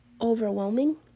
overwhelming